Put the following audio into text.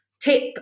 tip